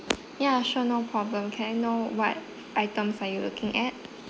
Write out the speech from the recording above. ya sure no problem can I know what items are you looking at